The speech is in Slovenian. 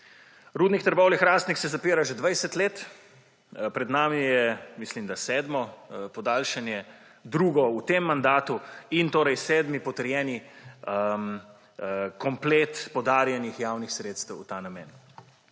Rudnik Trbovlje-Hrastnik se zapira že 20 let, pred nami je, mislim da, sedmo podaljšanje, drugo v tem mandatu in sedmi potrjeni komplet podarjenih javnih sredstev v ta namen.